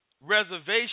reservation